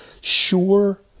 sure